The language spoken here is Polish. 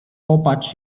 popatrz